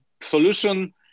solution